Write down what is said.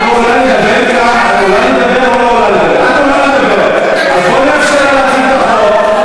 את עולה לדבר, אז בואי נאפשר לה להציג את